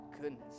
goodness